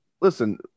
Listen